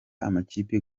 amakipe